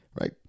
right